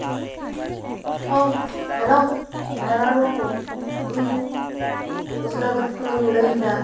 ᱚ hello driver ᱵᱟᱹᱵᱩ ᱤᱧ ᱯᱷᱩᱥᱲᱟᱹᱵᱟᱹᱫ ᱠᱷᱚᱱᱤᱧ ᱞᱟᱹᱭᱫᱟ